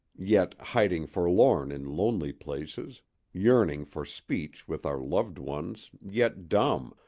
yet hiding forlorn in lonely places yearning for speech with our loved ones, yet dumb,